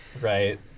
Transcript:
Right